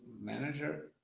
manager